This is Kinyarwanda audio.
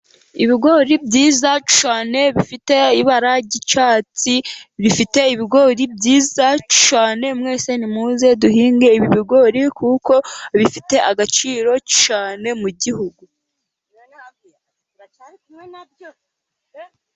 Ibigori byiza cyane bifite ibara ry'icyatsi, bifite ibigori byiza cyane. Mwese nimuze duhinge ibi bigori, kuko bifite agaciro cyane mu gihugu.